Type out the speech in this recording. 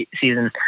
season